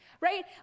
right